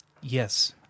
Yes